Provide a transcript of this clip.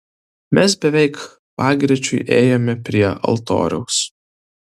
mes beveik pagrečiui ėjome prie altoriaus